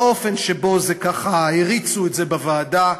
האופן שבו הריצו את זה בוועדה,